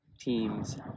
teams